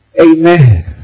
Amen